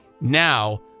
now